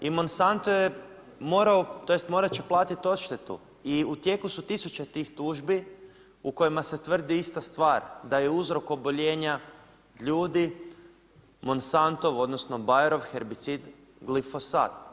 I Monsanto je morao tj. morati će platiti odštetu i u tijeku su tisuće tih tužbi u kojima se tvrdi ista stvar, da je uzrok oboljenja ljudi Monsantov odnosno Bajerov herbicid glifosat.